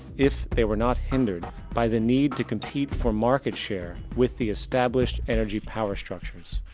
if they were not hindered by the need to compete for market share with the established energy power structures.